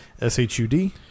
S-H-U-D